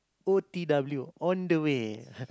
o_t_w on the way